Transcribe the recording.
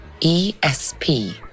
ESP